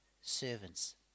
servants